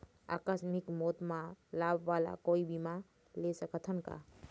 आकस मिक मौत म लाभ वाला कोई बीमा ले सकथन का?